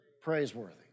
praiseworthy